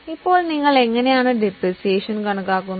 ഇപ്പോൾ നിങ്ങൾ എങ്ങനെയാണ് ഡിപ്രീസിയേഷൻ കണക്കാക്കുന്നത്